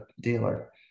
dealer